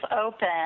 open